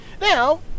Now